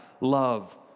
love